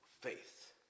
faith